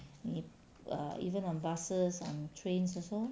你 err even on buses on trains also